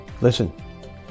Listen